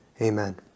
amen